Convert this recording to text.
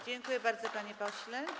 Dziękuję bardzo, panie pośle.